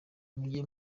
mujye